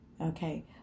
okay